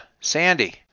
Sandy